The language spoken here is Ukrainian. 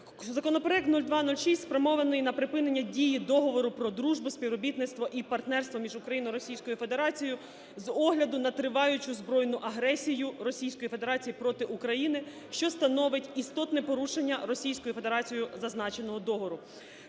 Законопроект 0206 спрямований на припинення дії Договору про дружбу, співробітництво і партнерство між України і Російською Федерацією з огляду на триваючу збройну агресію Російської Федерації проти України, що становить істотне порушення Російською Федерацією зазначеного договору.